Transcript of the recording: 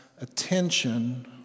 attention